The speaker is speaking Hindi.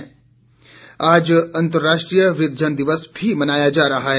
वृद्धजन दिवस आज अंतर्राष्ट्रीय वृद्वजन दिवस भी मनाया जा रहा है